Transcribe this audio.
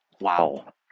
wow